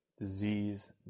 disease